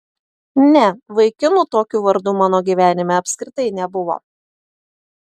ne vaikinų tokiu vardu mano gyvenime apskritai nebuvo